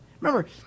remember